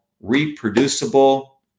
reproducible